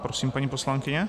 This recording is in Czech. Prosím, paní poslankyně.